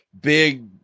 big